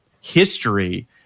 history